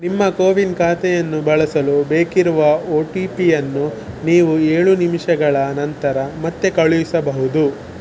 ನಿಮ್ಮ ಕೋವಿನ್ ಖಾತೆಯನ್ನು ಬಳಸಲು ಬೇಕಿರುವ ಒ ಟಿ ಪಿಯನ್ನು ನೀವು ಏಳು ನಿಮಿಷಗಳ ನಂತರ ಮತ್ತೆ ಕಳುಹಿಸಬಹುದು